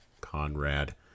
Conrad